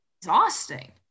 exhausting